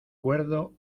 cuerdo